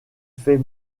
fait